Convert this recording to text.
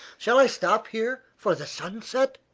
shall i stop here for the sunset,